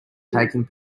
taking